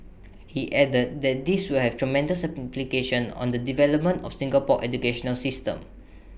he added that this will have tremendous implications on the development of Singapore's educational system